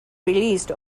released